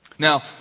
Now